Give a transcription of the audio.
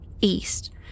east